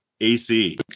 ac